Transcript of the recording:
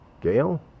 Gail